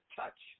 touch